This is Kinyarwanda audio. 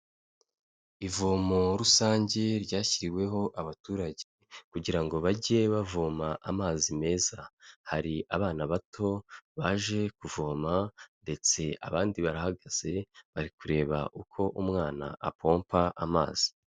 Ivomo rusange ryashyiriweho abaturage. Kugira ngo bajye bavoma amazi meza. Hari abana bato baje kuvoma ndetse abandi barahagaze, bari kureba uko umwana apompa amazi.